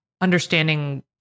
understanding